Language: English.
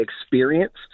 experienced